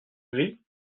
gris